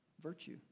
Virtue